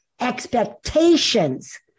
expectations